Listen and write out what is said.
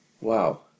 Wow